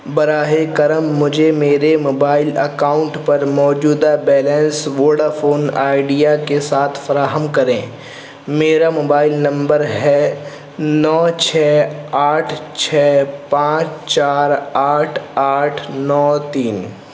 براہ کرم مجھے میرے موبائل اکاؤنٹ پر موجودہ بیلنس وڈافون آئیڈیا کے ساتھ فراہم کریں میرا موبائل نمبر ہے نو چھ آٹھ چھ پانچ چار آٹھ آٹھ نو تین